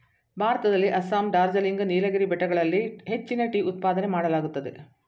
ಭಾರತದಲ್ಲಿ ಅಸ್ಸಾಂ, ಡಾರ್ಜಿಲಿಂಗ್, ನೀಲಗಿರಿ ಬೆಟ್ಟಗಳಲ್ಲಿ ಹೆಚ್ಚಿನ ಟೀ ಉತ್ಪಾದನೆ ಮಾಡಲಾಗುತ್ತದೆ